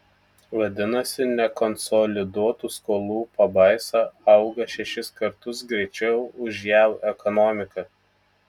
vadinasi nekonsoliduotų skolų pabaisa auga šešis kartus greičiau už jav ekonomiką